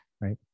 Right